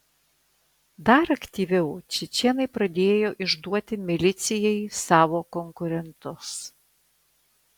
dar aktyviau čečėnai pradėjo išduoti milicijai savo konkurentus